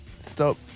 Stop